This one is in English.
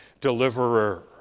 Deliverer